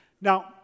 Now